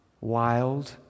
wild